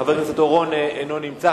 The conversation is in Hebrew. חבר הכנסת אורון, אינו נמצא.